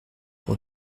pour